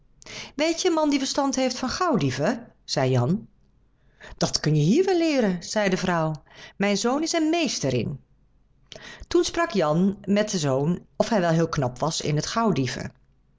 weet je een man die verstand heeft van gauwdieven zei jan dat kun je hier wel leeren zei de vrouw mijn zoon is er meester in toen sprak jan met den zoon of hij wel heel knap was in t